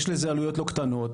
יש לזה עלויות לא קטנות.